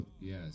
yes